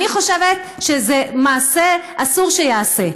אני חושבת שזה מעשה שאסור שייעשה.